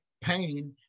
pain